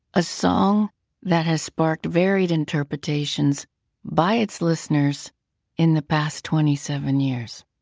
ah song that has sparked varied interpretations by its listeners in the past twenty seven years.